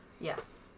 Yes